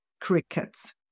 crickets